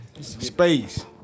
Space